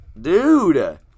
Dude